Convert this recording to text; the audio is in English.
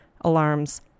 alarms